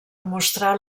mostrar